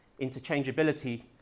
interchangeability